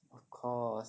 of course